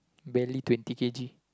barely twenty k_g